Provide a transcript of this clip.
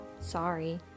Sorry